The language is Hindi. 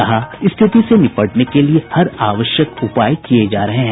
कहा स्थिति से निपटने के लिये हर आवश्यक उपाय किये जा रहे हैं